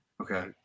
okay